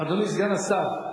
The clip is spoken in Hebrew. אדוני סגן השר,